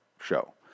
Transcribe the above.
show